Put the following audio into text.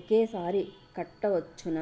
ఒకేసారి కట్టవచ్చున?